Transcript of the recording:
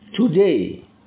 Today